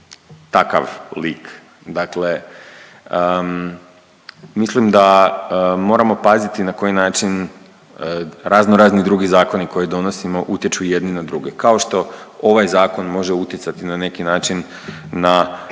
takav lik. Dakle, mislim da moramo paziti na koji način razno razni drugi zakoni koje donosimo utječu jedni na druge kao što ovaj zakon može utjecati na neki način na,